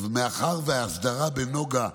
מאחר שההסדרה ב"נגה"